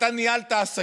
שאתה ניהלת עסקים,